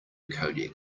codec